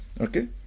okay